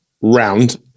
round